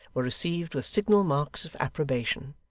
were received with signal marks of approbation,